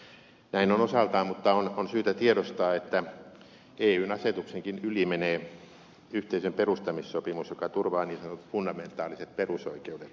näin on osaltaan mutta on syytä tiedostaa että eyn asetuksenkin yli menee yhteisön perustamissopimus joka turvaa niin sanotut fundamentaaliset perusoikeudet